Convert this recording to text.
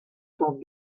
sont